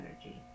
energy